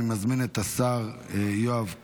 אני מזמין את השר יואב קיש,